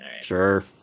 Sure